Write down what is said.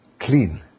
clean